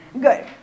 good